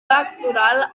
electoral